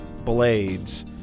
blades